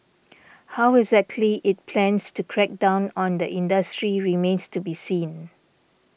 how exactly it plans to crack down on the industry remains to be seen